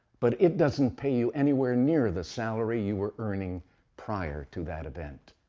but it doesn't pay you anywhere near the salary you were earning prior to that event.